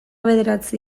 bederatzi